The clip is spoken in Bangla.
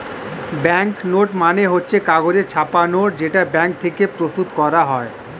ব্যাংক নোট মানে হচ্ছে কাগজে ছাপা নোট যেটা ব্যাঙ্ক থেকে প্রস্তুত করা হয়